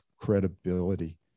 credibility